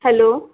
hello